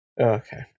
Okay